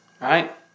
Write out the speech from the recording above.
Right